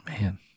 Man